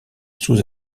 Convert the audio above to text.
sous